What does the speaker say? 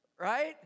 Right